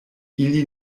ili